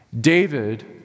David